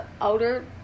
older